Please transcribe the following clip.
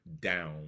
down